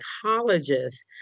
psychologists